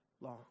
long